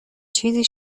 چیزی